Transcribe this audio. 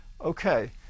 Okay